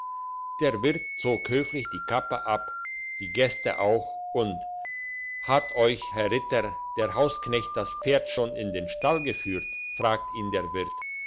der wirt zog höflich die kappe ab die gäste auch und hat euch herr ritter der hausknecht das pferd schon in den stall geführt fragte ihn der wirt